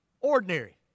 Ordinary